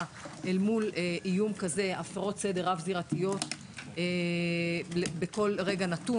אל מול איום של הפרות סדר רב-זירתיות בכל רגע נתון.